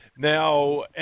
Now